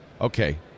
Okay